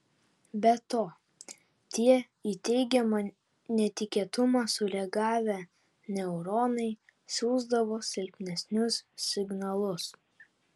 be to tie į teigiamą netikėtumą sureagavę neuronai siųsdavo silpnesnius signalus